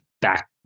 back